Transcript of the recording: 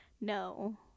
No